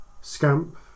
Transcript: Scamp